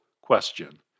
question